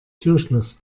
türschloss